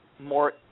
more –